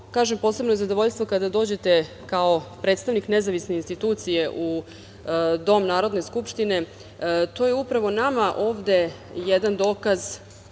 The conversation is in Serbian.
posebno je zadovoljstvo kada dođete kao predstavnik nezavisne institucije u dom Narodne skupštine, to je upravo nama ovde jedan dokaz